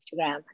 Instagram